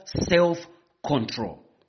self-control